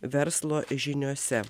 verslo žiniose